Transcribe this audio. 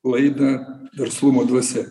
laidą verslumo dvasia